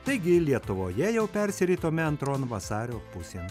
taigi lietuvoje jau persiritome antron vasario pusėn